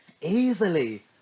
easily